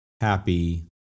happy